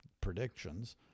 predictions